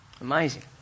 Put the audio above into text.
Amazing